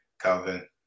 Calvin